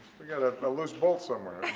we've got a loose bolt somewhere.